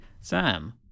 Sam